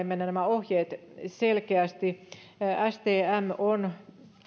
mennä kentälle selkeästi stm on